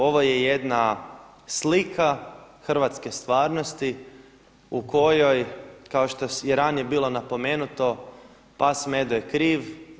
Ovo je jedna slika hrvatske stvarnosti u kojoj kao što je ranije bilo napomenuto Pas Medo je kriv.